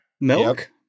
milk